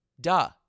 Duh